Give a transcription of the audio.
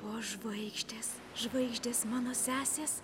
o žvaigždės žvaigždės mano sesės